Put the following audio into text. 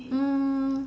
um